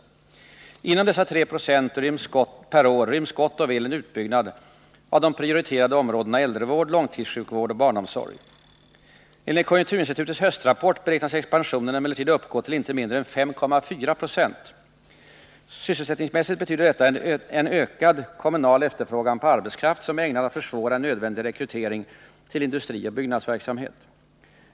Jag vill påminna om att inom dessa 3 26 per år ryms gott och väl en utbyggnad av de prioriterade områdena äldrevård, långtidssjukvård och barnomsorg. Enligt konjunkturinstitutets höstrapport beräknas expansionen uppgå till inte mindre än 5,4 96. Sysselsättningsmässigt betyder detta en ökad efterfrågan på arbetskraft från kommunerna som är ägnad att försvåra en nödvändig rekrytering till industri och byggnadsverksamhet.